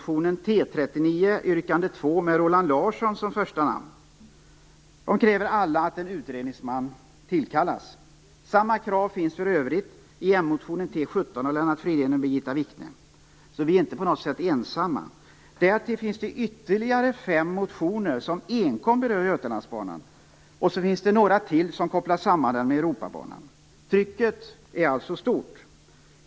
I alla krävs att en utredningsman tillkallas. Samma krav finns för övrigt i m-motionen T17 av Lennart Fridén och Birgitta Wichne. Så vi är inte på något sätt ensamma. Därtill finns det ytterligare fem motioner som enkom berör Götalandsbanan, och så finns det några som kopplar samman den med Europabanan. Trycket är alltså stort.